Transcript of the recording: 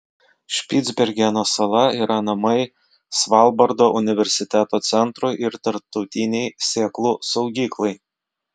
špicbergeno sala yra namai svalbardo universiteto centrui ir tarptautinei sėklų saugyklai